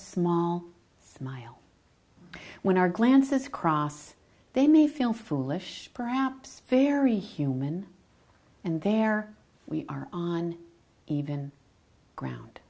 small smile when our glances cross they may feel foolish perhaps very human and there we are on even